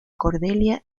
cordelia